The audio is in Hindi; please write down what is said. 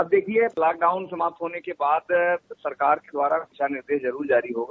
अब देखिये लॉकडाउन समाप्त होने के बाद सरकार द्वारा दिशा निर्देश जरूर जारी होगा